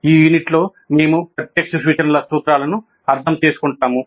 ఈ యూనిట్లో మేము ప్రత్యక్ష సూచనల సూత్రాలను అర్థం చేసుకుంటాము